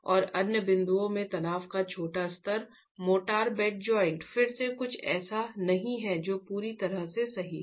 और अन्य बिंदुओं में तनाव का छोटा स्तर मोर्टार बेड जॉइंट फिर से कुछ ऐसा नहीं है जो पूरी तरह से सही हो